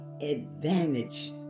advantage